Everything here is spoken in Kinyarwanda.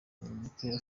mupira